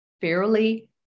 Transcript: fairly